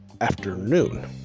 afternoon